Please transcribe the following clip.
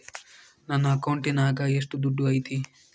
ನನ್ನ ಅಕೌಂಟಿನಾಗ ಎಷ್ಟು ದುಡ್ಡು ಐತಿ?